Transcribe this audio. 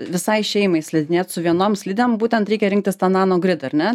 visai šeimai slidinėt su vienom slidėm būtent reikia rinktis tą nanogrid ar ne